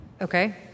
Okay